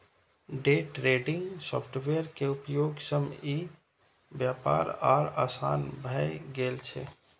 day trading software के उपयोग सं ई व्यापार आर आसान भए गेल छै